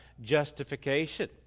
justification